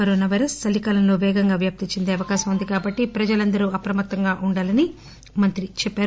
corona virus చలికాలంలో వేగంగా వ్యాప్తి చెందే అవకాశం ఉంది కాబట్లి ప్రజలందరూ అప్రమత్తంగా ఉండాలని మంత్రి చెప్పారు